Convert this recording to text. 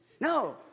No